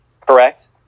Correct